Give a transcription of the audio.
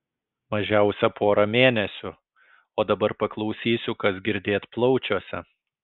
mažiausia porą mėnesių o dabar paklausysiu kas girdėt plaučiuose